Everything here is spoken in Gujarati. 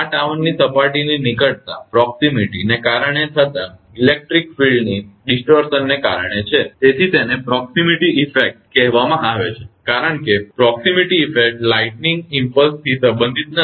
આ ટાવરની સપાટીની નિકટતાને કારણે થતાં ઇલેક્ટ્રિક ક્ષેત્રની વિકૃતિને કારણે છે અને તેને પ્રોક્ષીમીટી ઇફેકટનિકટતા અસર કહેવામાં આવે છે કારણ કે પ્રોક્ષીમીટી ઇફેકટ લાઇટનીંગ ઇમપ્લ્સથી સંબંધિત નથી